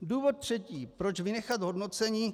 Důvod třetí, proč vynechat hodnocení.